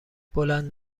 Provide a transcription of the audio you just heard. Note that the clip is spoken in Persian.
بلند